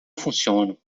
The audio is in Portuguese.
funcionam